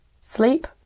Sleep